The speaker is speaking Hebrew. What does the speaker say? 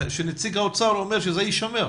שנציג האוצר אומר שזה יישמר,